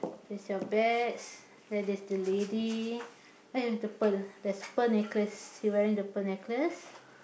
place your bets then there's the lady ah ya the pearl there's a pearl necklace she wearing a pearl necklace